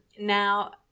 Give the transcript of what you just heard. Now